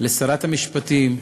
לשרת המשפטים,